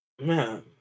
Man